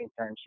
internship